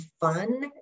fun